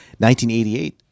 1988